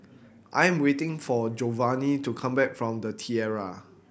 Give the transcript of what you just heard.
I am waiting for Jovanny to come back from The Tiara